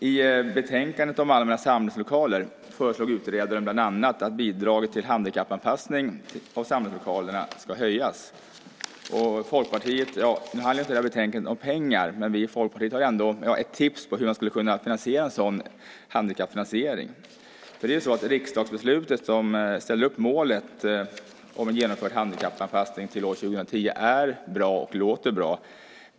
I betänkandet om allmänna samlingslokaler föreslog utredaren bland annat att bidraget till handikappanpassning av samlingslokalerna ska höjas. Nu handlar inte det här betänkandet om pengar, men vi i Folkpartiet har ändå ett tips på hur man skulle kunna finansiera en sådan handikappanpassning. Riksdagsbeslutet som ställer upp målet om en genomförd handikappanpassning till 2010 är bra och låter bra.